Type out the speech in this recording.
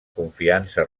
confiança